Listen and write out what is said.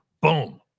boom